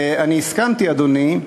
ואני הסכמתי, אדוני,